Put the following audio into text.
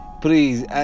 Please